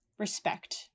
respect